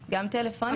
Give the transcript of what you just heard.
גם טלפונים וגם פיזיים.